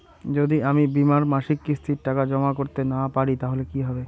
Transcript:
যদি আমি বীমার মাসিক কিস্তির টাকা জমা করতে না পারি তাহলে কি হবে?